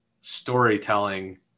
storytelling